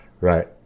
Right